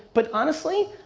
but honestly,